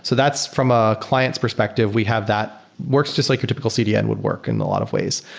so that's from ah client's perspective, we have that. works just like a typical cdn would work in a lot of ways.